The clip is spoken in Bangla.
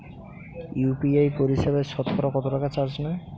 ইউ.পি.আই পরিসেবায় সতকরা কতটাকা চার্জ নেয়?